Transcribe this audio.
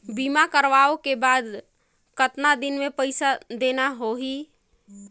बीमा करवाओ के बाद कतना दिन मे पइसा देना हो ही?